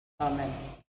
Amen